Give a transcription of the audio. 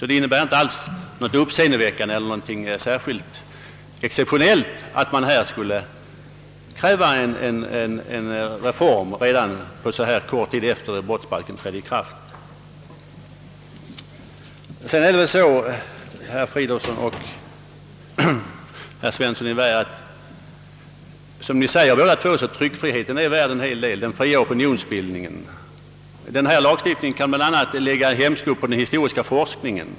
Det innebär sålunda inte något särskilt uppseendeväckande eller exceptionellt att här kräva en reform fast än så kort tid förflutit efter ikraftträdandet. | Som herrar Fridolfsson i Stockholm :och Svensson i Vä själva framhållit är också tryckfriheten och den fria -:opinionsbildningen värd att värna, och lagstiftningen kan bl.a. lägga en hämsko på den historiska forskningen.